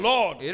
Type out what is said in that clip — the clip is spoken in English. Lord